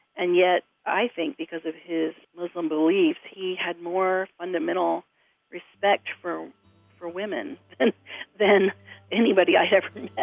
and yet, i think, because of his muslim beliefs, he had more fundamental respect for for women and than anybody i had ever